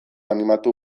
animatu